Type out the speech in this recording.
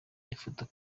yifata